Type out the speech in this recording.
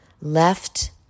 left